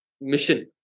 mission